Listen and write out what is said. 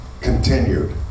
continued